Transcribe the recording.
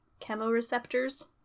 chemoreceptors